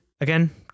Again